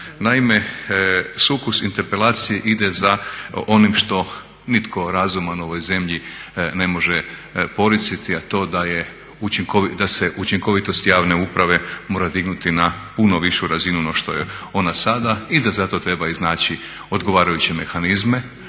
Naime, sukus interpelacije ide za onim što nitko razuman u ovoj zemlji ne može … a to je da se učinkovitost javne uprave mora dignuti na puno višu razinu no što je ona sada i da zato treba iznaći odgovarajuće mehanizme,